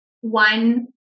one